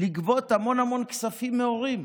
לגבות המון המון כספים מהורים.